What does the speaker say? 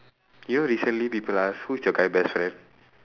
you know recently people ask who is your guy best friend